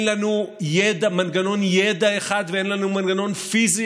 אין לנו מנגנון ידע אחד ואין לנו מנגנון פיזי